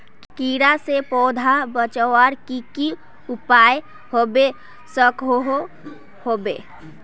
कीड़ा से पौधा बचवार की की उपाय होबे सकोहो होबे?